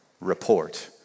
report